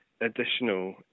additional